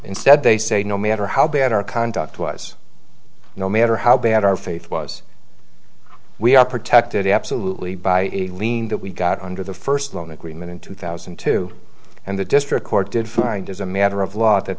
instead they say no matter how bad our conduct was no matter how bad our faith was we are protected absolutely by a lien that we got under the first loan agreement in two thousand and two and the district court did find as a matter of law that